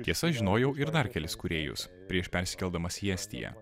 tiesa žinojau ir dar kelis kūrėjus prieš persikeldamas į estiją